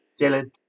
Jalen